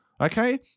Okay